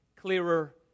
clearer